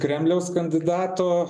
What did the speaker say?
kremliaus kandidato